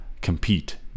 compete